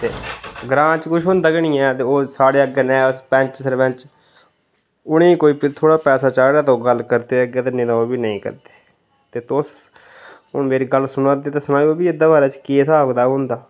ते ग्रांऽ च कुछ होंदा निं ऐ ओह् साढ़े अग्गै पैंच सरपैंच उ'नेंगी कोई पैसा चाढ़ै तां ओह् गल्ल करदे नेईं तां ओह्बी नेईं करदे ते तुस हून मेरी गल्ल सुना दे ते सनाओ प्ही एह्दे बारै च केह् स्हाब कताब होंदा